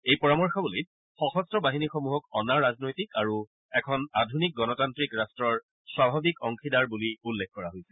এই পৰামৰ্শৱলীত সশস্ত্ৰ বাহিনীসমূহক অনা ৰাজনৈতিক আৰু এখন আধুনিক গণতান্ত্ৰিক ৰট্টৰ স্বাভাৱিক অংশীদাৰ বুলি উল্লেখ কৰা হৈছিল